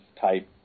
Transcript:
type